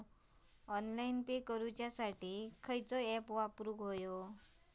Online pay करूचा साठी कसलो ऍप वापरूचो?